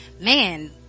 man